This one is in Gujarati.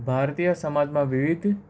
ભારતીય સમાજમાં વિવિધ